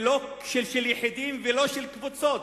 לא של יחידים ולא של קבוצות.